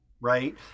Right